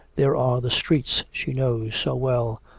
there are the streets she knows so well,